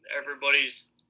everybody's